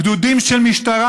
גדודים של משטרה,